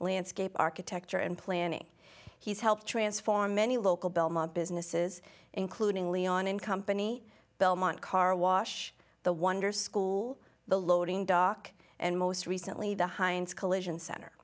landscape architecture and planning he's helped transform many local belmont businesses including leon and company belmont carwash the wonder school the loading dock and most recently the heinz collision center